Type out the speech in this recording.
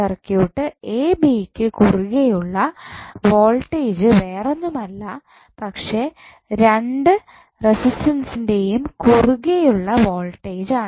circuit A B യ്ക്ക് കുറുകെയുള്ള voltage വേറൊന്നുമല്ല പക്ഷേ രണ്ടു റെസിസ്റ്ററിൻ്റെയും കുറുകെയുള്ള വോൾട്ടേജ് ആണ്